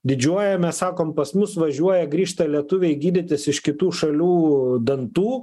didžiuojamės sakom pas mus važiuoja grįžta lietuviai gydytis iš kitų šalių dantų